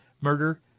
murder